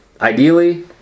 ideally